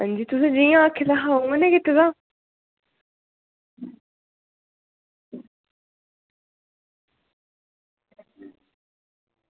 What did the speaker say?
हां जी तुसें जि'यां आक्खे दा हा उ'आं गै कीते दा